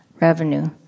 revenue